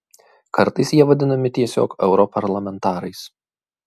kartais jie vadinami tiesiog europarlamentarais